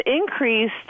increased